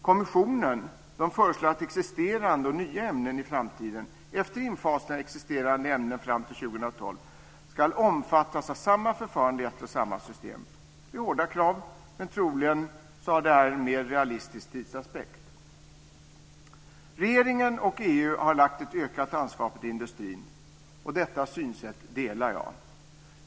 Kommissionen föreslår att existerande och nya ämnen i framtiden, efter infasning av existerande ämnen fram till 2012, ska omfattas av samma förfarande i ett och samma system. Det är hårda krav, men troligen har det här en mer realistisk tidsaspekt. Regeringen och EU har lagt ett ökat ansvar på industrin. Detta synsätt delar jag.